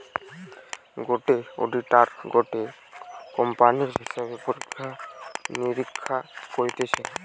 গটে অডিটার গটে কোম্পানির হিসাব পরীক্ষা নিরীক্ষা করতিছে